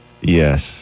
Yes